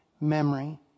memory